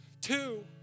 Two